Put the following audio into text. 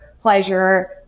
pleasure